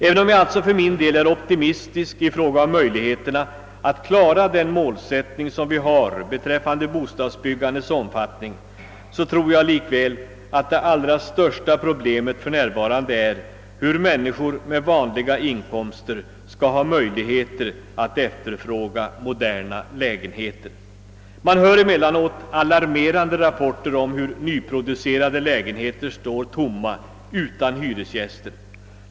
Även om jag alltså för min del är optimistisk i fråga om möjligheterna att klara den målsättning vi har då det gäller bostadsbyggandets omfattning, tror jag att det allra största problemet för närvarande är hur människor med vanliga inkomster skall ha möjligheter att efterfråga moderna lägenheter. Man hör emellanåt alarmerande rapporter om hur nyproducerade lägenheter står tomma, utan hyresgäster.